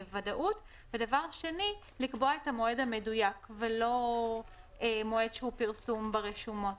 דבר ראשון אנחנו מטילים חובה